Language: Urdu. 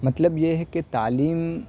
مطلب یہ ہے کہ تعلیم